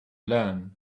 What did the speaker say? learn